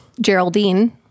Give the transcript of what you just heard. Geraldine